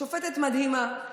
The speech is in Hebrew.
שופטת מדהימה,